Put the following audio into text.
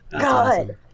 god